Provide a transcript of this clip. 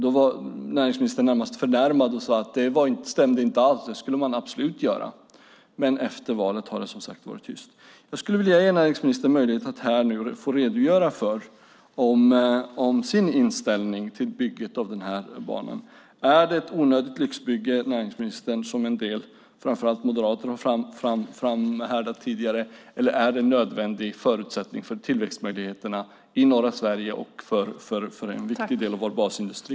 Då var näringsministern närmast förnärmad och sade att det inte alls stämde utan att man absolut skulle göra det. Men efter valet har det, som sagt, varit tyst. Jag skulle vilja ge näringsministern möjlighet att här och nu redogöra för sin inställning till bygget av denna bana. Är det ett onödigt lyxbygge, som en del, framför allt moderater, har hävdat tidigare? Eller är det en nödvändig förutsättning för tillväxtmöjligheterna i norra Sverige och för en viktig del av vår basindustri?